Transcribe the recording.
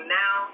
now